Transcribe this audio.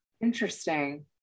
Interesting